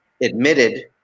admitted